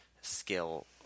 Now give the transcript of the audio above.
skill